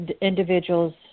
individuals